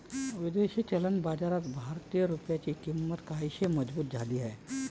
विदेशी चलन बाजारात भारतीय रुपयाची किंमत काहीशी मजबूत झाली आहे